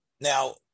Now